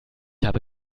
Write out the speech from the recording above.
habe